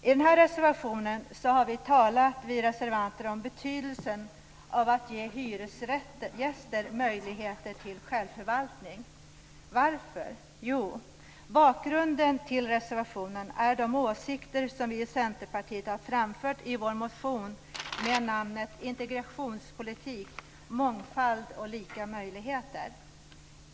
I denna reservation har vi reservanter talat om betydelsen av att ge hyresgäster möjligheter till självförvaltning. Varför? Bakgrunden till reservationen är de åsikter som vi i Centerpartiet har framfört i vår motion med namnet Integrationspolitik, mångfald och lika möjligheter.